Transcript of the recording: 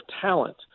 talent